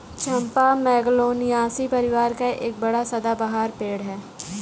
चंपा Magnoliaceae परिवार का एक बड़ा सदाबहार पेड़ है